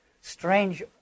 strange